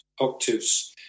octaves